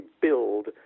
build